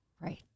right